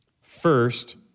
First